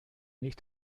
nicht